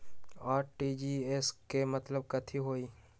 RTGS के मतलब कथी होइ?